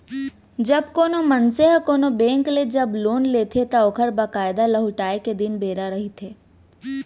जब कोनो मनसे ह कोनो बेंक ले जब लोन लेथे त ओखर बकायदा लहुटाय के दिन बेरा रहिथे